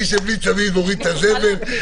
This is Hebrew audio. מי שבלי צמיד מוריד את הזבל,